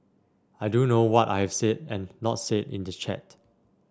I do know what I have said and not said in the chat